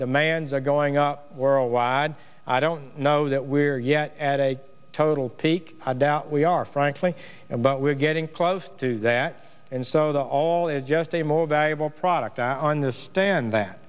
demands are going up worldwide i don't know that we're yet at a total peak i doubt we are frankly and but we're getting close to that and so the hall is just a more valuable product on the stand that